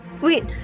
Wait